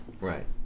Right